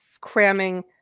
cramming